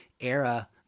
era